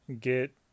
get